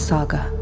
Saga